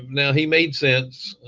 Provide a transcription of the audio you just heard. now he made sense.